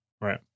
Right